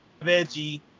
veggie